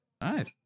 Nice